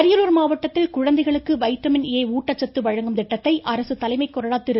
அரியலூர் மாவட்டத்தில் குழந்தைகளுக்கு vitamin A ஊட்டச்சத்து வழங்கும் திட்டத்தை அரசு தலைமை கொறடா திரு